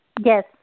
Yes